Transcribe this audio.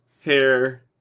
hair